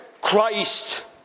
Christ